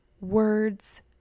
words